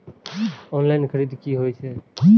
Online खरीद की होए छै?